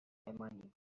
بمانیم